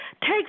Take